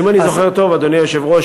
אדוני היושב-ראש,